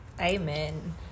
Amen